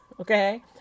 Okay